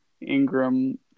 Ingram